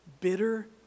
bitter